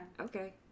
Okay